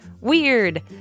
weird